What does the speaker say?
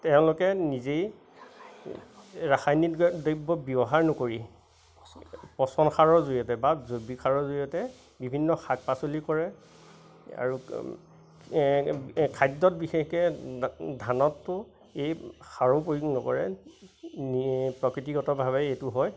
তেওঁলোকে নিজেই ৰাসায়নিক দ্ৰব্য ব্যৱহাৰ নকৰি পচন সাৰৰ জৰিয়তে বা জৈৱিক সাৰৰ জৰিয়তে বিভিন্ন শাক পাচলি কৰে আৰু খাদ্যত বিশেষকে ধানতটো এই সাৰো প্ৰয়োগ নকৰে প্ৰকৃতিগতভাৱে এইটো হয়